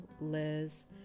Liz